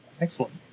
Excellent